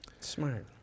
Smart